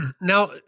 Now